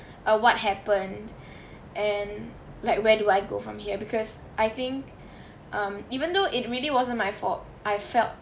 uh what happened and like where do I go from here because I think um even though it really wasn't my fault I felt